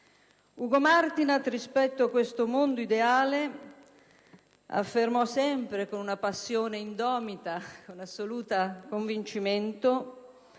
Ugo Martinat rispetto a questo mondo ideale affermò sempre, con una passione indomita e un assoluto convincimento,